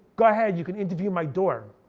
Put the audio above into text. go ahead you can interview my door.